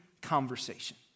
conversation